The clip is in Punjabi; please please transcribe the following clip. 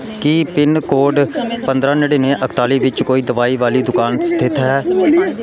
ਕੀ ਪਿਨਕੋਡ ਪੰਦਰ੍ਹਾਂ ਨੜ੍ਹਿਨਵੇਂ ਇਕਤਾਲੀ ਵਿੱਚ ਕੋਈ ਦਵਾਈ ਵਾਲੀ ਦੁਕਾਨ ਸਥਿਤ ਹੈ